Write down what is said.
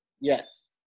Yes